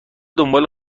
دنبال